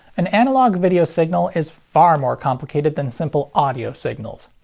an analog video signal is far more complicated than simple audio signals.